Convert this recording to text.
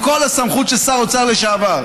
עם כל הסמכות של שר אוצר לשעבר,